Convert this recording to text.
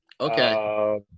Okay